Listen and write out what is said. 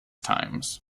times